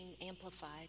amplified